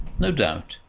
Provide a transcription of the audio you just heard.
no doubt.